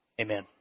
amen